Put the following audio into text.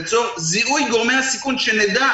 לצורך זיהוי גורמי הסיכון כדי שנדע